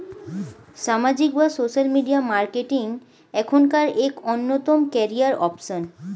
সামাজিক বা social media marketing এখনকার এক অন্যতম ক্যারিয়ার অপশন